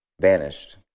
vanished